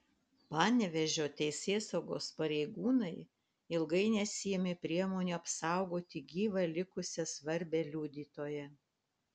panevėžio teisėsaugos pareigūnai ilgai nesiėmė priemonių apsaugoti gyvą likusią svarbią liudytoją